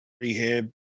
Rehab